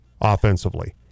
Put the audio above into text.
offensively